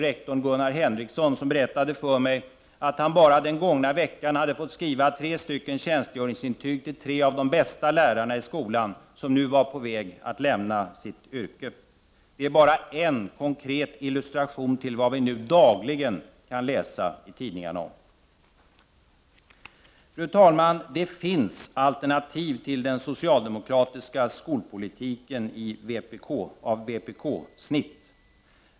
Rektorn, Gunnar Henriksson, berättade för mig att han bara under den gångna veckan hade fått skriva tjänstgöringsintyg till tre av de bästa lärarna på skolan som nu var på väg att lämna sitt yrke. Det är bara en konkret illustration till vad vi nu dagligen kan läsa om i tidningarna. Det finns ett alternativ till den socialdemokratiska skolpolitiken av vpksnitt.